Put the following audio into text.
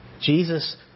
Jesus